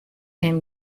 him